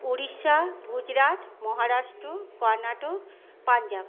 Odisha Gujarat Maharashtra Karnataka Punjab